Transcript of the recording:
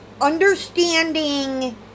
understanding